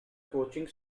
coaching